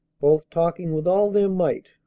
both talking with all their might,